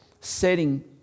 setting